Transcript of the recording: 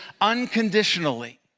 unconditionally